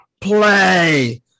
Play